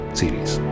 series